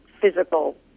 physical